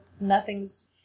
nothing's